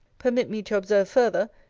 permit me to observe further,